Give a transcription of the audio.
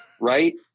Right